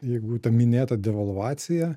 jeigu ta minėta devalvacija